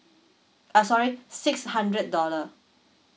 uh sorry six hundred dollar